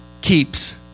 keeps